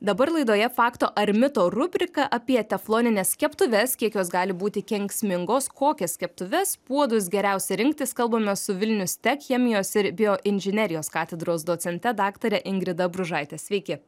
dabar laidoje fakto ar mito rubrika apie teflonines keptuves kiek jos gali būti kenksmingos kokias keptuves puodus geriausia rinktis kalbamės su vilnius tech chemijos ir bioinžinerijos katedros docente daktare ingrida bružaite sveiki